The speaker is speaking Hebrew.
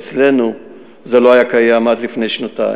אצלנו זה לא היה קיים עד לפני שנתיים.